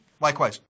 Likewise